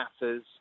matters